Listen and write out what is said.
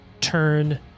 turn